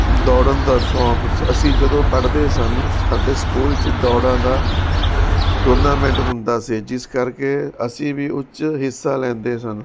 ਦੌੜਨ ਦਾ ਸ਼ੌਂਕ ਸ ਅਸੀਂ ਜਦੋਂ ਪੜ੍ਹਦੇ ਸਨ ਸਾਡੇ ਸਕੂਲ 'ਚ ਦੌੜਾਂ ਦਾ ਟੂਰਨਾਮੈਂਟ ਹੁੰਦਾ ਸੀ ਜਿਸ ਕਰਕੇ ਅਸੀਂ ਵੀ ਉਸ 'ਚ ਹਿੱਸਾ ਲੈਂਦੇ ਸਨ